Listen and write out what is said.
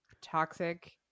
toxic